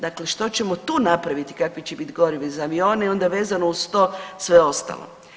Dakle, što ćemo tu napraviti kakvi će biti gorivi za avione i onda vezano uz to sve ostalo.